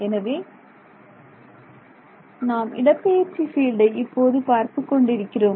எனவே நாம் இடப்பெயர்ச்சி பீல்டை இப்போது பார்த்துக் கொண்டிருக்கிறோம்